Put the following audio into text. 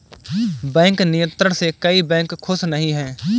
bank नियंत्रण से कई बैंक खुश नही हैं